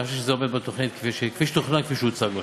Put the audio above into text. אני חושב שזה עומד בתוכנית כפי שתוכנן וכפי שהוצג לכם.